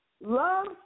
Love